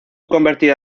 convertida